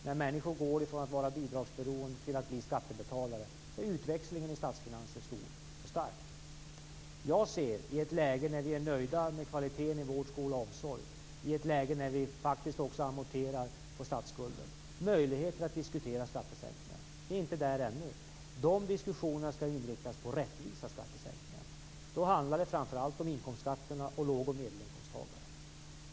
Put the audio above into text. När människor går över från bidragsberoende till att bli skattebetalare blir utväxlingen i statsfinanserna stor och stark. I ett läge när vi är nöjda med kvaliteten i vård, skola och omsorg, i ett läge när vi amorterar på statsskulden, ser jag möjligheter att diskutera skattesänkningar. Vi är inte där ännu. De diskussionerna skall inriktas på rättvisa skattesänkningar. Då handlar det om inkomstskatterna och låg och medelinkomsttagare.